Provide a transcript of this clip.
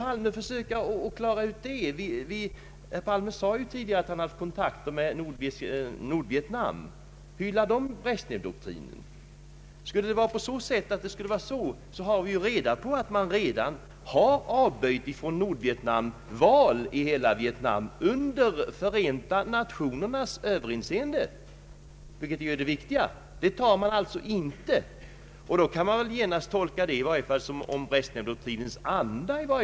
Herr Palme sade tidigare att han haft kontakt med Nordvietnam. Hyllar Nordvietnam Brezjnevdoktrinen? I vilket fall som helst har vi reda på att Nordvietnam redan avböjt val i hela Vietnam under Förenta nationernas överinseende — vilket är det viktiga. Detta går Nordvietnam alltså inte med på, och det kan tolkas som ett uttryck för att i varje fall Brezjnevdoktrinens anda råder.